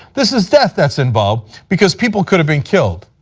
this is death that's involved, because people could have been killed.